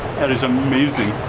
that is amazing.